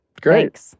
Great